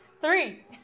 Three